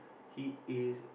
he is